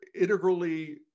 integrally